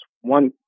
one